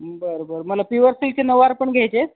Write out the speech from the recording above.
बरं बरं मला पिवर सिल्क नऊवारी पण घ्यायचे आहेत